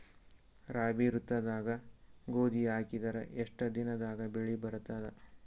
ರಾಬಿ ಋತುದಾಗ ಗೋಧಿ ಹಾಕಿದರ ಎಷ್ಟ ದಿನದಾಗ ಬೆಳಿ ಬರತದ?